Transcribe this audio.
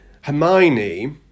Hermione